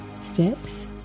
steps